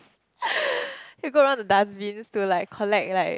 he will go around the dustbins to like collect like